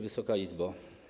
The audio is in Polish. Wysoka Izbo!